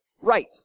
right